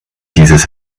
dieses